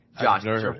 Josh